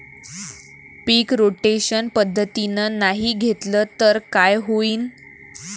पीक rotation पद्धतीनं नाही घेतलं तर काय होईन?